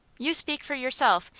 you speak for yourself,